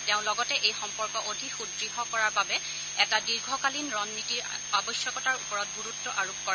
তেওঁ লগতে এই সম্পৰ্ক অধিক সুদ্ঢ় কৰাৰ বাবে এটা দীৰ্ঘকালীন ৰণনীতিৰ আৱশ্যকতাৰ ওপৰত গুৰুত আৰোপ কৰে